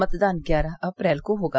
मतदान ग्यारह अप्रैल को होगा